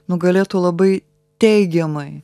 nu galėtų labai teigiamai